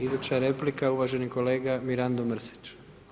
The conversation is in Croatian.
Iduća replika uvaženi kolega Mirando Mrsić.